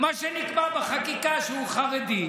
מי שנקבע בחקיקה שהוא חרדי,